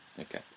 Okay